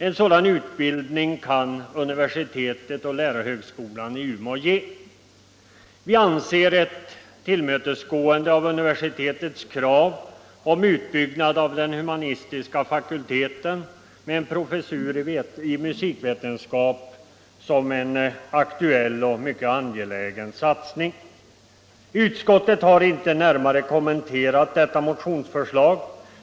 En sådan utbildning kan universitetet och lärarhögskolan i Umeå ge. Vi anser att ett tillmötesgående av universitetets krav på utbyggnad av den humanistiska fakulteten med en professur i musikvetenskap är en aktuell och mycket angelägen satsning. Utskottet har inte närmare kommenterat detta motionsförslag.